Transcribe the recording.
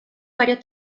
varios